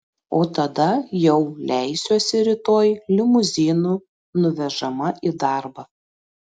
o tada jau leisiuosi rytoj limuzinu nuvežama į darbą